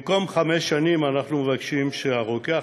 שבמקום חמש שנים אנחנו מבקשים שהרוקח